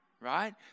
right